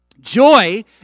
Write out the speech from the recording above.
Joy